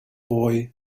boy